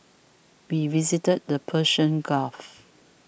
we visited the Persian Gulf